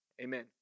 Amen